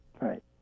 Right